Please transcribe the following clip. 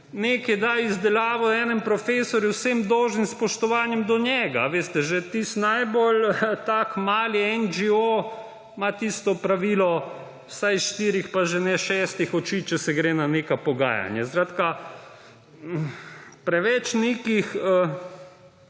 nekaj da v izdelavo enemu profesorju, z vsem dolžnim spoštovanjem do njega. Veste, že tisti najbolj mali NGO ima pravilo vsaj štirih, če že ne šestih oči, če se gre na neka pogajanja. Skratka, preveč nekih